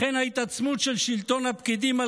לכן ההתעצמות של שלטון הפקידים על